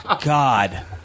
God